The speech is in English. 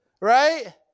right